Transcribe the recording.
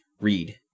read